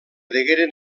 degueren